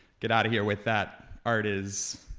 get out of here with that. art is,